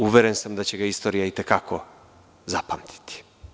Uveren sam da će ga istorija, i te kako, zapamtiti.